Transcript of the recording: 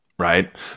Right